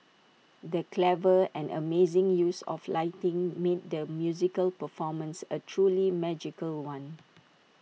the clever and amazing use of lighting made the musical performance A truly magical one